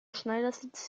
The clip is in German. schneidersitz